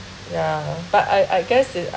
yeah but I I guess is